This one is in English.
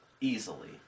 easily